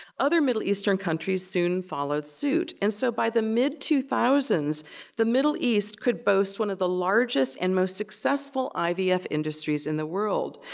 other middle-eastern countries soon followed suit, and so by the mid two thousand the middle east could boast one of the largest and most successful ivf industries in the world.